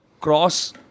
Cross